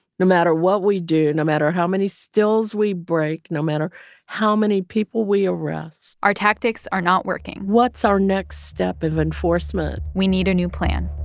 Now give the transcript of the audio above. no matter what we do, no matter how many stills we break, no matter how many people we arrest. our tactics are not working what's our next step of enforcement? we need a new plan.